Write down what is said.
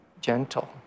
gentle